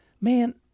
man